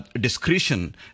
discretion